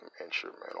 instrumental